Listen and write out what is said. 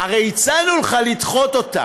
הרי הצענו לך לדחות אותה,